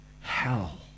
hell